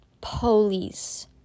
Police